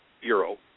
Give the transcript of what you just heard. euro